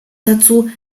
dazu